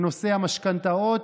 בנושא המשכנתאות,